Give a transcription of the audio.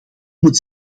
moet